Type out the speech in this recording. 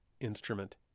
instrument